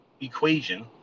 equation